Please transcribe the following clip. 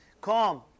Calm